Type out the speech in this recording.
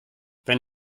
wenn